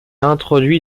introduit